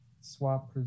swap